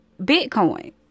bitcoin